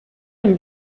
and